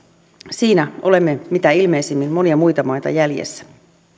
siinä olemme mitä ilmeisimmin monia muita maita jäljessä